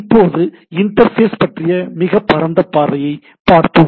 இப்போது இன்டர்பேஸ் பற்றிய மிகப் பரந்த பார்வையைப் பார்ப்போம்